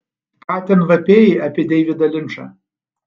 ką ten vapėjai apie deividą linčą